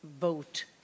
vote